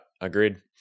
agreed